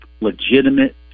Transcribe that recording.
legitimate